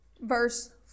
verse